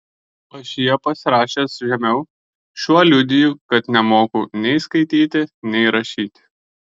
ašyje pasirašęs žemiau šiuo liudiju kad nemoku nei skaityti nei rašyti